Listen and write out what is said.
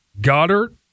Goddard